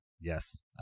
Yes